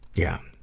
yeah.